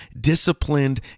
disciplined